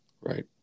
Right